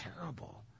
terrible